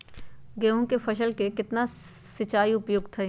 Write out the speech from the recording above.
गेंहू के फसल में केतना सिंचाई उपयुक्त हाइ?